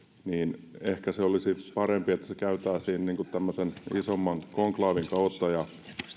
ehkä olisi parempi että se käytäisiin tämmöisen isomman konklaavin kautta ja